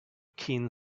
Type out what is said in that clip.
keen